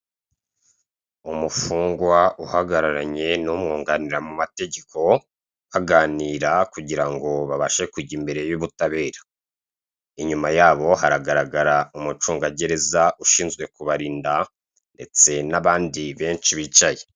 Umufungwa uhagararanye n'umwunganira mu mategeko baganira kugira ngo babashe kujya imbere y'ubutabera. Inyuma yabo haragaragara umucungagereza ushinzwe kubarinda ndetse n'abandi benshi bicaye.